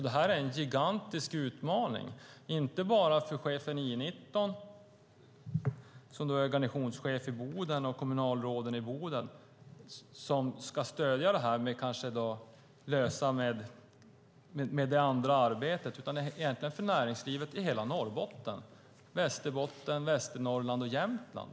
Det är en gigantisk utmaning inte bara för chefen för I 19, som är garnisonschef i Boden, och kommunalråden i Boden, som ska stödja detta och kanske lösa problemet med det andra arbetet, utan egentligen för näringslivet i hela Norrbotten, Västerbotten, Västernorrland och Jämtland.